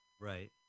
Right